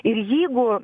ir jeigu